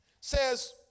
says